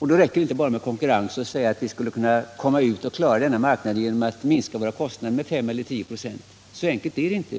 Vi kan inte komma ur denna situation bara genom att minska våra kostnader med 5 eller 10 96. Så enkelt är det inte.